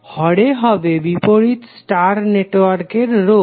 হরে হবে বিপরীত স্টার নেটওয়ার্কের রোধ